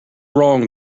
wrong